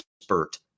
spurt